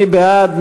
מי בעד?